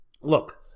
look